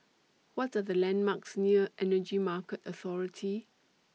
What Are The landmarks near Energy Market Authority